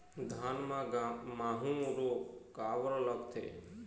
धान म माहू रोग काबर लगथे?